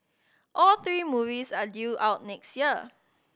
all three movies are due out next year